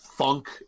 funk